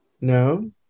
No